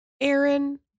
Aaron